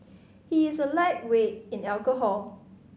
he is a lightweight in alcohol